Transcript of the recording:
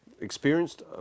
experienced